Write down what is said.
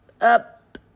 up